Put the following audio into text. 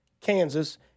Kansas